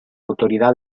autoridad